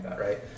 Right